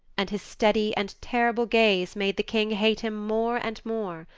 and his steady and terrible gaze made the king hate him more and more.